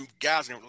guys